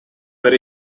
per